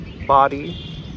body